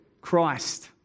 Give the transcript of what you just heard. Christ